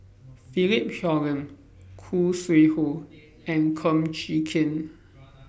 Philip Hoalim Khoo Sui Hoe and Kum Chee Kin